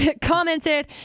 commented